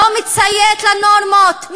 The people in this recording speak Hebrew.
לא מציית לנורמות,